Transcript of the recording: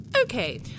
Okay